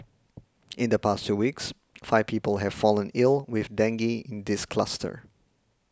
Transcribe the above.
in the past two weeks five people have fallen ill with dengue in this cluster